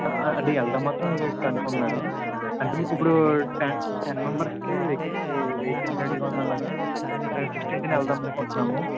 ఆ అంటే వెళ్ళడం మాత్రం కన్ఫామ్ మేడమ్ అంటే ఇప్పుడూ టెన్ టెన్ మెంబర్స్కి వెహికిల్ రెడీగా ఉందా మేడమ్ మేము సిక్స్టీన్త్న వెళ్దాం అమనుకుంటున్నాము